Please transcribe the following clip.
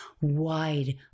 wide